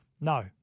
No